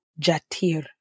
Jatir